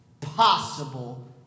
possible